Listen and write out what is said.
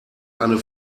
eine